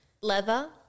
Leather